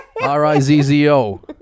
R-I-Z-Z-O